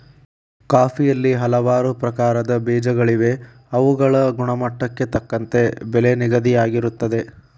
ಕಾಫಿಯಲ್ಲಿ ಹಲವಾರು ಪ್ರಕಾರದ ಬೇಜಗಳಿವೆ ಅವುಗಳ ಗುಣಮಟ್ಟಕ್ಕೆ ತಕ್ಕಂತೆ ಬೆಲೆ ನಿಗದಿಯಾಗಿರುತ್ತದೆ